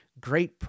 great